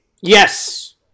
Yes